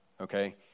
Okay